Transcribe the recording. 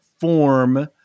form